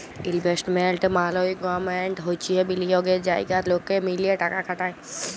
investment management হচ্যে বিলিয়গের জায়গা লকে মিলে টাকা খাটায়